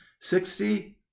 Sixty